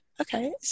okay